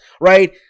right